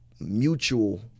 mutual